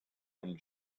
and